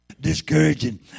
discouraging